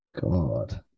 god